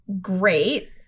great